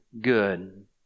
good